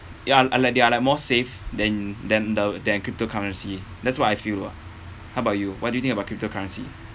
ya I like they are like more safe than than the than cryptocurrency that's what I feel lah how about you what do you think about cryptocurrency